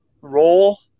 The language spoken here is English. role